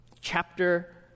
chapter